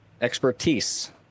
expertise